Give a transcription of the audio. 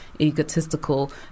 egotistical